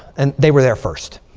and they were there first.